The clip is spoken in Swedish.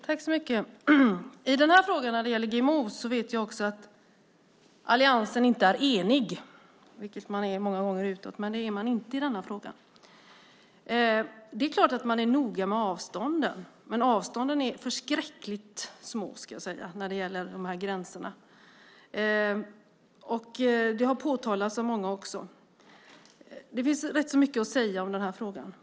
Fru talman! I frågan om GMO vet jag att alliansen inte är enig, vilket man många gånger är utåt, men det är man inte i den här frågan. Det är klart att man är noga med avstånden, men avstånden är förskräckligt små, ska jag säga, när det gäller de här gränserna. Det har påtalats av många också. Det finns faktiskt rätt mycket att säga om den här frågan.